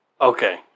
Okay